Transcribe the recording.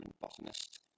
botanist